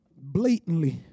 blatantly